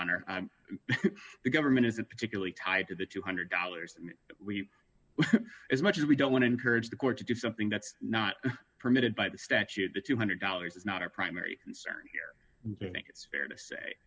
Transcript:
honor the government isn't particularly tied to the two hundred dollars we as much as we don't want to encourage the court to do something that's not permitted by the statute the two hundred dollars is not our primary concern here i think it's fair to say